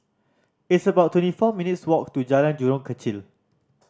it's about twenty four minutes' walk to Jalan Jurong Kechil